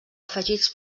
afegits